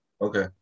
Okay